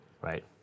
Right